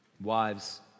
wives